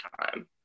time